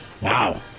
Wow